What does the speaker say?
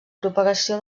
propagació